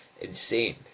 insane